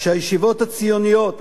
שהישיבות הציוניות,